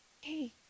Hey